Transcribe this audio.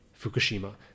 Fukushima